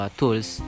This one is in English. tools